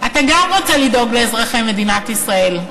אתה גם רוצה לדאוג לאזרחי מדינת ישראל,